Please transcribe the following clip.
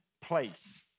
place